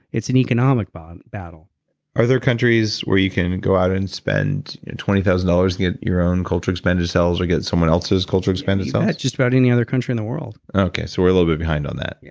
it's an economic battle battle are there countries where you can go out and spend twenty thousand dollars to get your own culture expanded cells or get someone else's culture expanded cells? yeah, just about any other country in the world okay, so we're a little bit behind on that? yeah,